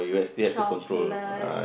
chocolate